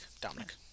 Dominic